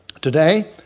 Today